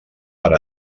per